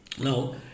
Now